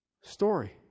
story